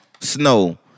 Snow